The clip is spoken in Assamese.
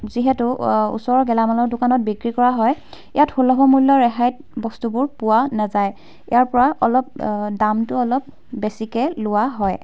যিহেতু ওচৰৰ গেলামালৰ দোকানত বিক্ৰী কৰা হয় ইয়াত সুলভ মূল্য় ৰেহাইত বস্তুবোৰ পোৱা নাযায় ইয়াৰ পৰা অলপ দামটো অলপ বেছিকৈ লোৱা হয়